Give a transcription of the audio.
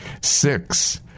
Six